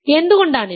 എന്തുകൊണ്ടാണ് ഇത്